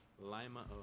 Lima